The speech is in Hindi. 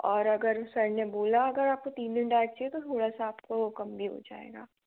और अगर सर ने बोला अगर आपको तीन दिन डाइट चाहिए तो थोड़ा सा आपको कम भी हो जाएगा